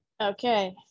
okay